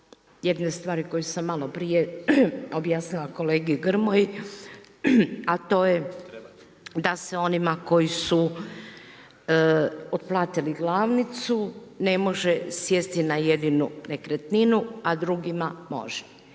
jedne stvari koju sam maloprije objasnila kolegi Grmoji, a to je da se onima koji su otplatili glavnicu, ne može sjesti na jedinu nekretninu, a drugima može.